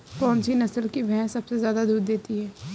कौन सी नस्ल की भैंस सबसे ज्यादा दूध देती है?